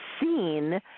seen